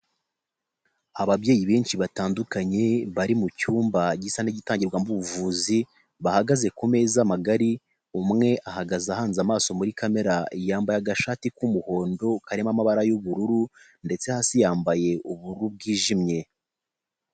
Ababyeyi benshi batandukanye bari mu cyumba gisa n'igitangirwamo ubuvuzi, bahagaze ku meza magari, umwe ahagaze ahanze amaso muri kamere, yambaye agashati k'umuhondo karimo amabara y'ubururu, ndetse hasi yambaye ubururu bwijimye.